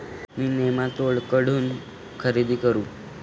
मी nematode कुठून खरेदी करू?